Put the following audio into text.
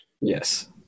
Yes